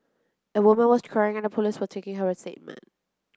a woman was crying and the police were taking her statement